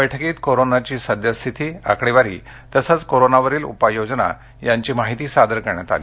बैठकीत कोरोनाची सद्यस्थिती आकडेवारी तसंच कोरोनावरील उपाययोजना यांची माहिती सादर करण्यात आली